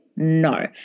No